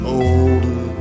older